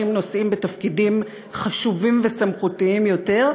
נושאים בתפקידים חשובים וסמכותיים יותר,